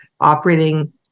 operating